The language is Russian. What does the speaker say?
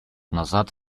назад